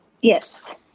yes